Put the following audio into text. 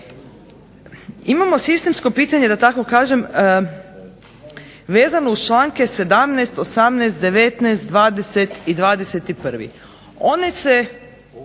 Imamo sistemsko pitanje da tako kažem vezano uz članke 17., 18., 19., 20. i 21. Ovdje se